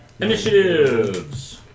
initiatives